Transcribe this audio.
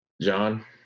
John